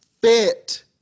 fit